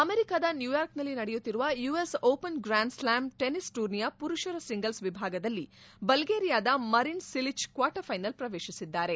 ಅಮೆರಿಕದ ನ್ಯೂಯಾರ್ಕ್ ನಲ್ಲಿ ನಡೆಯುತ್ತಿರುವ US open grand slam tennis ಟೂರ್ನಿಯ ಪುರುಷರ ಸಿಂಗಲ್ಸ್ ವಿಭಾಗದಲ್ಲಿ ಬಲ್ಗೇರಿಯಾದ ಮರಿನ್ ಸಿಲಿಚ್ ಕ್ವಾರ್ಟರ್ ಫೈನಲ್ ಪ್ರವೇಶಿಸಿದ್ದಾರೆ